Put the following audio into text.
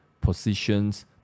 positions